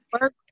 Work